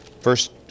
first